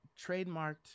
Trademarked